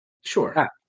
Sure